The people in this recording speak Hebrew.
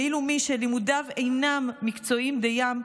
ואילו מי שלימודיו אינם מקצועיים דיים,